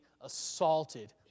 assaulted